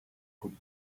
could